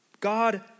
God